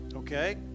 Okay